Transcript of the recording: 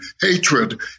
hatred